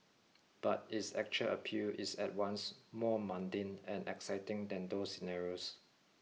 but its actual appeal is at once more mundane and exciting than those scenarios